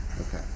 Okay